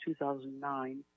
2009